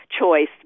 choice